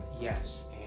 Yes